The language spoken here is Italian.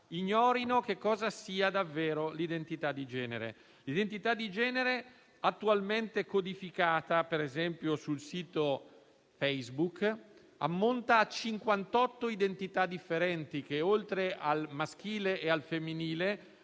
ignorino cosa sia davvero l'identità di genere. Questa, attualmente codificata per esempio sul sito Facebook, ammonta a 58 identità differenti che, oltre al maschile e al femminile,